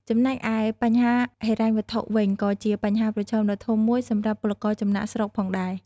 ចំណែកឯបញ្ហាហិរញ្ញវត្ថុវិញ ក៏ជាបញ្ហាប្រឈមដ៏ធំមួយសម្រាប់ពលករចំណាកស្រុកផងដែរ ។